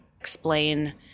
explain